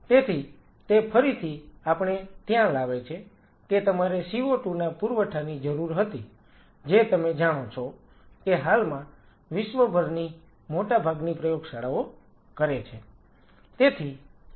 તેથી તે ફરીથી આપણે ત્યાં લાવે છે કે તમારે CO2 ના પુરવઠાની જરૂર હતી જે તમે જાણો છો કે હાલમાં વિશ્વભરની મોટાભાગની પ્રયોગશાળાઓ કરે છે